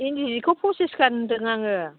इन्दिनिखो पसिसखान होन्दों आङो